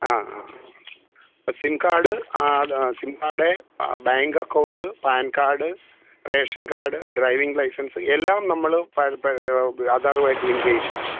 ആ ആ SIM card Aadhaar SIM card bank account PAN card ration card driving licence എല്ലാം നമ്മൾ ആധാറുമായിട്ട് ലിങ്ക് ചെയ്തിരിക്കണം